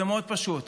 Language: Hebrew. זה מאוד פשוט.